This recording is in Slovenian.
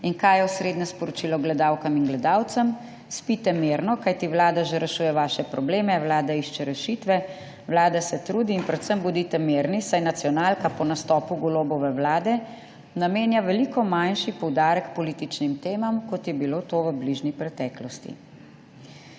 In kaj je osrednje sporočilo gledalkam in gledalcem? Spite mirno, kajti vlada že rešuje vaše probleme, vlada išče rešitve, vlada se trudi in predvsem bodite mirni, saj nacionalka po nastopu Golobove vlade namenja veliko manjši poudarek političnim temam kot v bližnji preteklosti.«